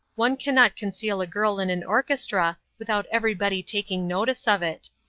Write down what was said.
one cannot conceal a girl in an orchestra without everybody taking notice of it.